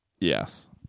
Yes